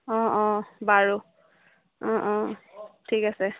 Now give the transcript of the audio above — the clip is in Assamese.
অঁ অঁ বাৰু অঁ অঁ ঠিক আছে